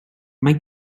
mae